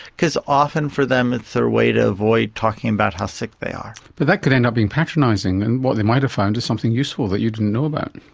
because often for them it's their way to avoid talking about how sick they are. but that could end up being patronising and what they might have found is something useful that you didn't know about.